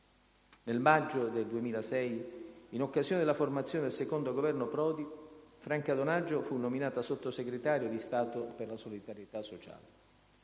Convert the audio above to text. Nel maggio 2006, in occasione della formazione del secondo Governo Prodi, Franca Donaggio fu nominata Sottosegretario di Stato per la solidarietà sociale.